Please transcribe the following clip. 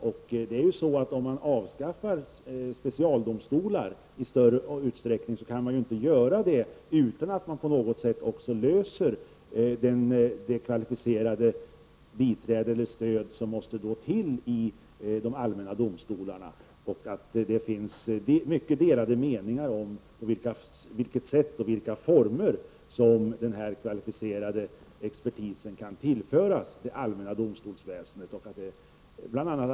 Om man avskaffar specialdomstolar i stor utsträckning, kan man inte göra detta utan att man på något sätt löser frågan om det kvalificerade biträde eller stöd som måste till i de allmänna domstolarna. Det finns mycket delade meningar om på vilket sätt och i vilka former som den kvalificerade expertisen skall tillföras de allmänna domstolsväsen det.